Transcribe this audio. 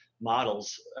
models